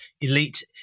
elite